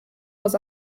was